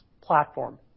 platform